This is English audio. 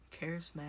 charismatic